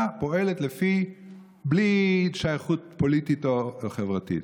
פועלת בלי שייכות פוליטית או חברתית.